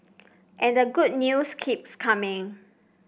and the good news keeps coming